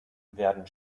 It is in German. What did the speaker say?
werden